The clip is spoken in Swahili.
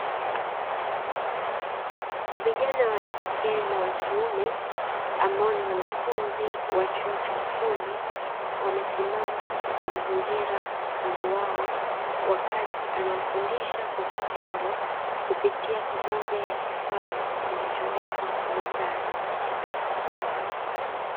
Vijana wa kike na wa kiume ambao ni wanafunzi wa chuo cha ufundi wamesimama wakimzingira mkufunzi wao, wakati anawafundisha kwa vitendo kupitia kimoja ya kifaa kilichowekwa mezani.